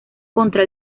contra